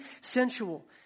sensual